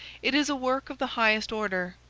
it is a work of the highest order,